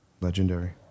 Legendary